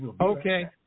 Okay